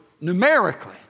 numerically